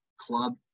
club